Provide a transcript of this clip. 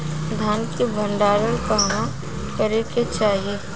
धान के भण्डारण कहवा करे के चाही?